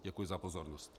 Děkuji za pozornost.